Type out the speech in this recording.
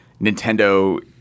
Nintendo